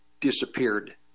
disappeared